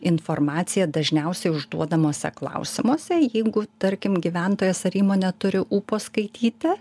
informaciją dažniausiai užduodamuose klausimuose jeigu tarkim gyventojas ar įmonė turi ūpo skaityti